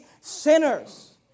sinners